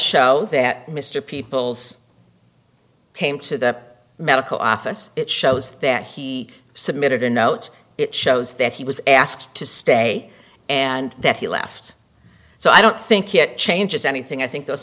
show that mr people's came to the medical office it shows that he submitted a note it shows that he was asked to stay and that he left so i don't think it changes anything i think those